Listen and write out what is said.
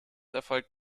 erfolgt